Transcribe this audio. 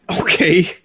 Okay